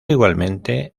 igualmente